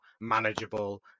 manageable